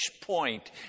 point